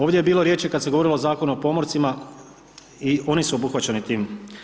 Ovdje je bilo riječi kada se govorilo o Zakonu o pomorcima i oni su obuhvaćeni tim.